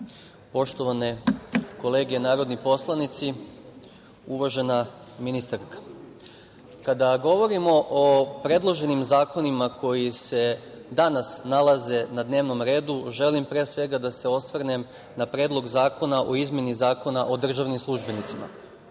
poštovane kolege narodni poslanici, uvažena ministarka, kada govorimo o predloženim zakonima koji se danas nalaze na dnevnom redu želim, pre svega, da se osvrnem na Predlog zakona o izmeni Zakona o državnim službenicima. Članom